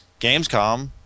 Gamescom